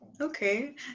Okay